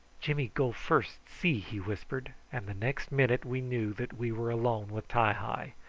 jimmy go first see! he whispered and the next minute we knew that we were alone with ti-hi,